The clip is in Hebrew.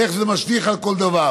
איך זה משליך על כל דבר.